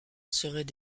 seraient